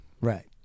Right